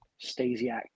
Stasiak